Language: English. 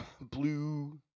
blue